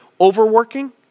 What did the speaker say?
overworking